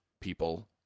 people